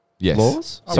laws